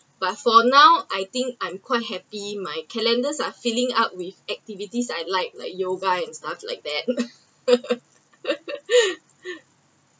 but for now I think I’m quite happy my calendars are filling up with activities I like like yoga and stuff like that